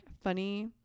funny